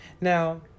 Now